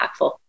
impactful